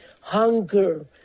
hunger